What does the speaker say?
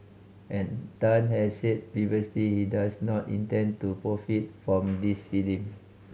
and Tan has said previously he does not intend to profit from this film